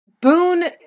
boone